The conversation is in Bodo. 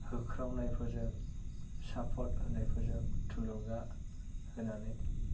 होख्रावनायफोरजों सापर्ट होनायफोरजों थुलुंगा होनानै